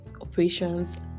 operations